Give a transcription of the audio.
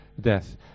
death